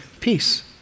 peace